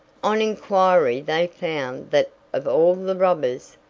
on inquiry they found, that of all the robbers,